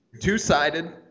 two-sided